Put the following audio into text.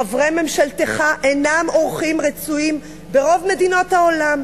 חברי ממשלתך אינם אורחים רצויים ברוב מדינות העולם.